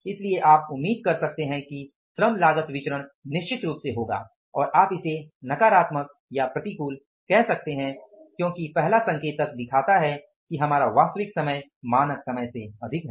इसलिए आप उम्मीद कर सकते हैं कि श्रम लागत विचरण निश्चित रूप से होगा और आप इसे नकारात्मक या प्रतिकूल कह सकते हैं क्योंकि पहला संकेतक दिखाता है कि हमारा वास्तविक समय मानक समय से अधिक है